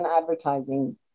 advertising